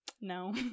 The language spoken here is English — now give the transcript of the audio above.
No